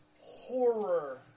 horror